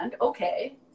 Okay